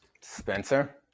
Spencer